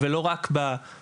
אני שמרן מטבעי,